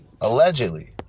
Allegedly